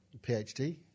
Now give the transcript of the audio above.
PhD